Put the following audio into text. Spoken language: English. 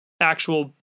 actual